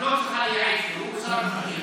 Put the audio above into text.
את לא צריכה לייעץ לו, הוא שר בכיר.